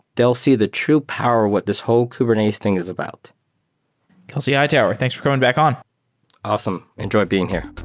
they'll see the true power what this whole kubernetes thing is about kelsey hightower, thanks for coming back on awesome. enjoy being here